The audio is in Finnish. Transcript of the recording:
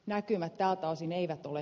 näkymät tältä osin eivät ole